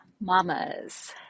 Mamas